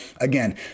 again